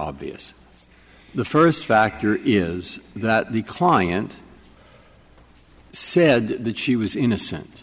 obvious the first factor is that the client said that she was innocent